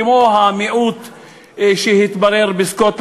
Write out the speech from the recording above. כמו המיעוט בסקוטלנד,